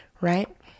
right